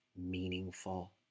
meaningful